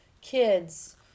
kids